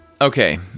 Okay